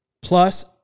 Plus